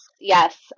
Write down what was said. Yes